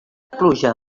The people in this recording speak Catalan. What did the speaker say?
pluja